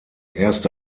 erste